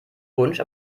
wunsch